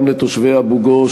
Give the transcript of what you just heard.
גם לתושבי אבו-גוש,